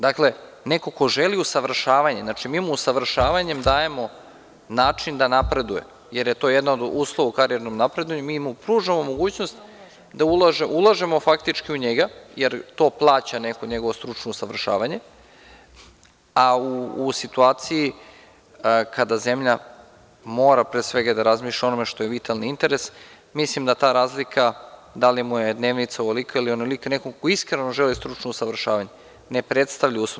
Dakle, neko ko želi usavršavanje, znači, mi mu usavršavanjem dajemo način da napreduje, jer je to jedan od uslova u karijernom napredovanju, mi mu pružamo mogućnost, ulažemo faktički u njega, jer neko plaća to njegovo stručno usavršavanje, a u situaciji kada zemlja mora, pre svega, da razmišlja o onome što je vitalni interes, mislim da ta razlika da li mu je dnevnica ovolika ili onolika, neko ko iskreno želi stručno usavršavanje ne predstavlja uslov.